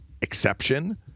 exception